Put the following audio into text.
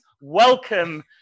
welcome